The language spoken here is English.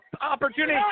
Opportunity